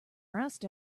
rust